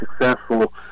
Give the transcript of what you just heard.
successful